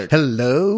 Hello